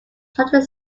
charted